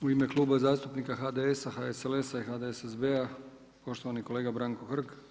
U ime Kluba zastupnika HDS-a, HSLS-a i HDSSB-a poštovani kolega Branko Hrg.